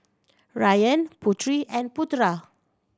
Ryan Putri and Putera